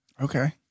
Okay